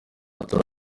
turi